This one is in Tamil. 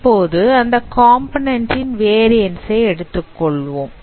இப்போ அந்த காம்போநன்ண்ட் ன் வேரியன்ஸ் ஐ எடுத்துக்கொள்வோம்